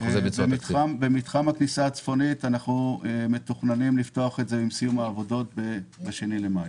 את מתחם הכניסה הצפונית אנחנו מתוכננים לפתוח עם סיום העבודות ב-2 במאי.